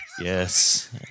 Yes